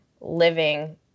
living